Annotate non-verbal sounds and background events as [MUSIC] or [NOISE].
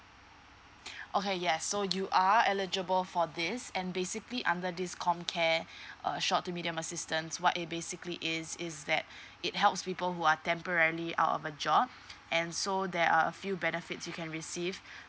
[BREATH] okay yes so you are eligible for this and basically under this comcare [BREATH] uh short to medium assistance what uh basically is is that [BREATH] it helps people who are temporary out of a job and so there are a few benefits you can receive